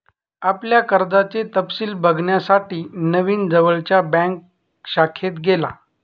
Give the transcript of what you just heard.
आपल्या कर्जाचे तपशिल बघण्यासाठी नवीन जवळच्या बँक शाखेत गेला